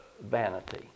vanity